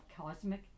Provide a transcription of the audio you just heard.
cosmic